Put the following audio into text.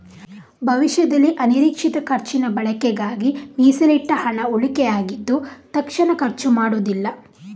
ಭವಿಷ್ಯದಲ್ಲಿ ಅನಿರೀಕ್ಷಿತ ಖರ್ಚಿನ ಬಳಕೆಗಾಗಿ ಮೀಸಲಿಟ್ಟ ಹಣ ಉಳಿಕೆ ಆಗಿದ್ದು ತಕ್ಷಣ ಖರ್ಚು ಮಾಡುದಿಲ್ಲ